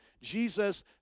Jesus